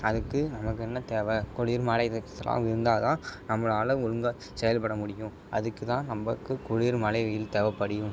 அதுக்கு நமக்கு என்ன தேவை குளிர் மழை இருந்தால் தான் நம்மளால் ஒழுங்கா செயல்பட முடியும் அதுக்கு தான் நம்பக்கு குளிர் மழை வெயில் தேவைப்படியும்